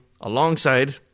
alongside